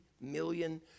million